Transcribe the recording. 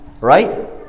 Right